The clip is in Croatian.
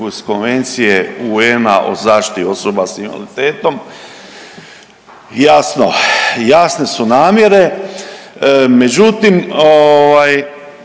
iz Konvencije UN-a o zaštiti osoba s invaliditetom. Jasno, jasne su namjere, međutim ovaj